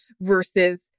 versus